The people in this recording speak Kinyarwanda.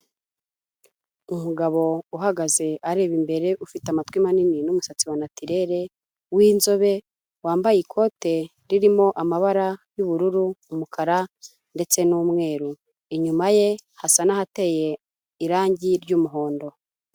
Umugabo uhagaze areba imbere ufite amatwi manini n'umusatsi wa natirere w'inzobe, wambaye ikote ririmo amabara y'ubururu, umukara ndetse n'umweru, inyuma ye hasa n'ahateye irangi ry'umuhondo.